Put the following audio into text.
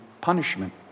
punishment